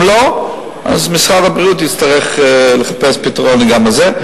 אם לא, אז משרד הבריאות יצטרך לחפש פתרון גם לזה.